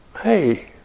hey